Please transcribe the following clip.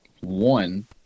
one